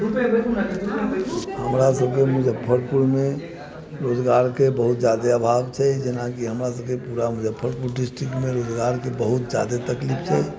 हमरासभके मुजफ्फरपुरमे रोजगारके बहुत ज्यादे अभाव छै जेनाकि हमरासभके पूरा मुजफ्फरपुर डिस्ट्रिक्टमे रोजगारके बहुत ज्यादे तकलीफ छै